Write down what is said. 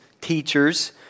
teachers